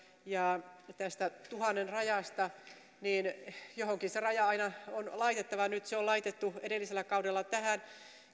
ja tästä tuhannen rajasta niin johonkin se raja aina on laitettava nyt se on laitettu edellisellä kaudella tähän